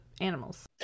animals